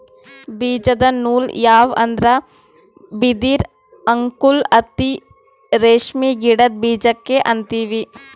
ಬೀಜದ ನೂಲ್ ಯಾವ್ ಅಂದ್ರ ಬಿದಿರ್ ಅಂಕುರ್ ಹತ್ತಿ ರೇಷ್ಮಿ ಗಿಡದ್ ಬೀಜಕ್ಕೆ ಅಂತೀವಿ